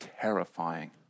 terrifying